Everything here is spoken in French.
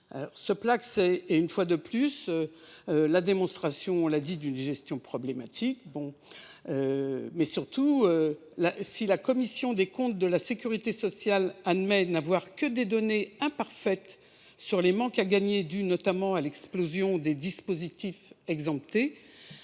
Ce Placss est la énième démonstration d’une gestion problématique. Surtout, si la commission des comptes de la sécurité sociale admet ne disposer que de données imparfaites sur les manques à gagner dus notamment à l’explosion des dispositifs exemptés,